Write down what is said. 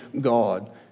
God